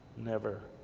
never.